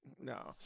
No